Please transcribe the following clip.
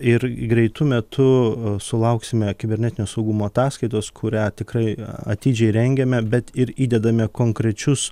ir greitu metu sulauksime kibernetinio saugumo ataskaitos kurią tikrai atidžiai rengiame bet ir įdedame konkrečius